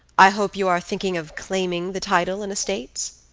i hope you are thinking of claiming the title and estates?